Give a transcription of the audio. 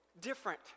different